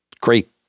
Great